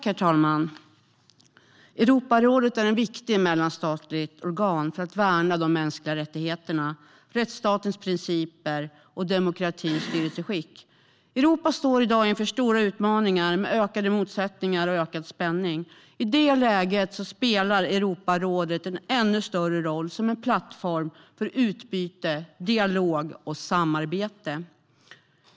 Herr talman! Europarådet är ett viktigt mellanstatligt organ för att värna de mänskliga rättigheterna, rättsstatens principer och ett demokratiskt styrelseskick. Europa står i dag inför stora utmaningar med ökade motsättningar och ökad spänning. I det läget spelar Europarådet en ännu större roll som en plattform för utbyte, dialog och samarbete.